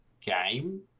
game